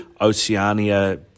Oceania